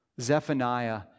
Zephaniah